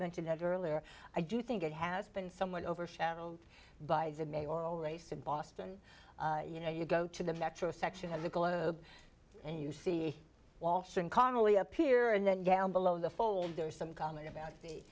mentioned earlier i do think it has been somewhat overshadowed by the mayor always said boston you know you go to the metro section of the globe and you see walsh and connally appear and then down below the fold there is some comment about the